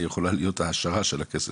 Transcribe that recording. יכולה להיות העשרה של הכסף,